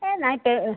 ଏ ନାଇଁ ତ